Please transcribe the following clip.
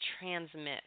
transmit